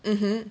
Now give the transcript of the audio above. mmhmm